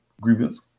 grievance